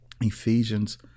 Ephesians